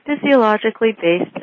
physiologically-based